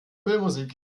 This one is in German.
filmmusik